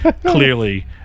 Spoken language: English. clearly